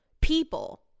people